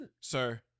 sir